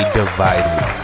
divided